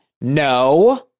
No